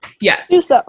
yes